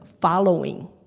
following